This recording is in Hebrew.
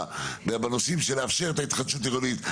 בנושאים של לאפשר את ההתחדשות העירונית,